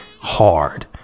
hard